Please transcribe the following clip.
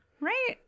Right